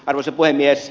arvoisa puhemies